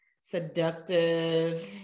seductive